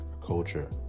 culture